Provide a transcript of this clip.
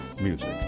music